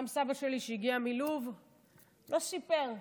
גם סבא שלי שהגיע מלוב לא סיפר,